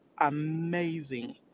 amazing